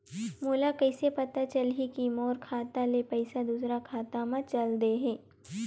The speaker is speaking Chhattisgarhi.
मोला कइसे पता चलही कि मोर खाता ले पईसा दूसरा खाता मा चल देहे?